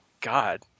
God